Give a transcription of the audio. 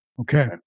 Okay